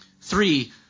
Three